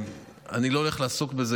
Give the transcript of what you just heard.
אני לא הולך לעסוק בזה,